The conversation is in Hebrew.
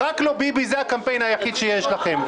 "רק לא ביבי" זה הקמפיין היחיד שיש לכם.